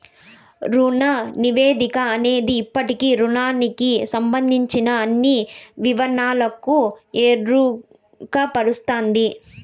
రుణ నివేదిక అనేది ఇప్పటి రుణానికి సంబందించిన అన్ని వివరాలకు ఎరుకపరుస్తది